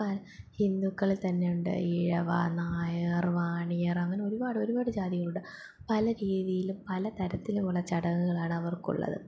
ഇപ്പം ഹിന്ദുക്കൾ തന്നെയുണ്ട് ഈഴവ നായർ വാണിയർ അങ്ങനെ ഒരുപാട് ഒരുപാട് ജാതികളുണ്ട് പല രീതിയിലും പല തരത്തിലുമുള്ള ചടങ്ങുകളാണ് അവർക്കുള്ളത്